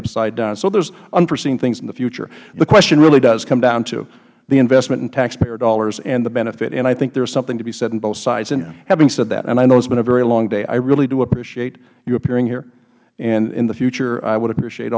upside down so there's unseen things in the future the question really does come down to the investment in taxpayer dollars and the benefit and i think there's something to be said for both sides and having said that and i know it's been a very long day i really do appreciate your appearing here and in the future i would appreciate